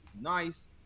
nice